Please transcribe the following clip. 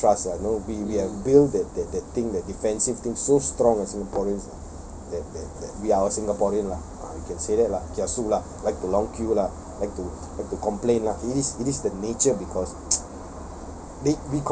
ya we don't have that trust lah you know we we have built that that that thing the defensive thing so strong singaporeans that that that we are our singaporean lah ah you can say that lah kiasu lah like to long queue lah like to like to complain lah it is it is the nature because